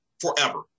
forever